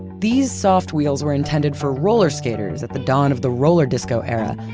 these soft wheels were intended for roller skaters at the dawn of the roller disco era,